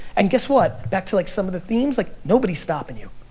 and guess what? back to like some of the themes, like nobody's stopping you.